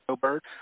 bird